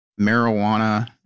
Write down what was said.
marijuana